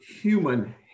human